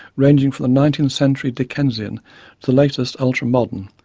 ranging from the nineteenth century dickensian to the latest ultra-modern,